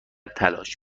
تلاش